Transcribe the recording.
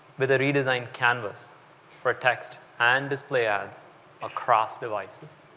with a redesign canvas for text and display ads across devices.